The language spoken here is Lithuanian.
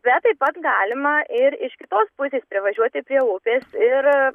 bet taip pat galima ir iš kitos pusės privažiuoti prie upės ir